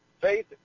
Faith